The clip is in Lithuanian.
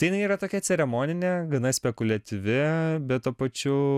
tai jinai yra tokia ceremoninė gana spekuliatyvi bet tuo pačiu